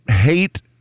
hate